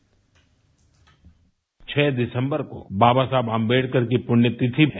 bite छह दिसंबर को बाबा साहेब आंबेडकर की पुण्यतिथि पे